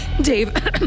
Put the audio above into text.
Dave